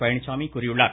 பழனிசாமி கூறியுள்ளார்